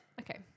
Okay